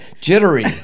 jittery